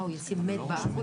מה הוא ישים מת באמבולנס?